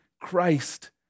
Christ